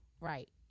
Right